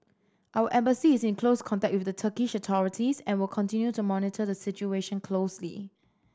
our Embassy is in close contact with the Turkish authorities and will continue to monitor the situation closely